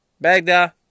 Baghdad